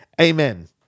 Amen